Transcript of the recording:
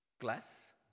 glass